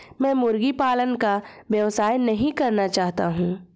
मैं मुर्गी पालन का व्यवसाय नहीं करना चाहता हूँ